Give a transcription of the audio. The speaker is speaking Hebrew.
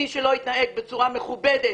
מי שלא יתנהג בצורה מכובדת,